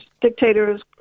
dictators